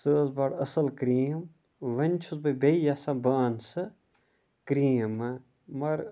سۄ ٲس بَڑٕ اَصٕل کریٖم وَنۍ چھُس بہٕ بیٚیہِ یَژھان بہٕ اَنہٕ سُہ کریٖمہٕ مگر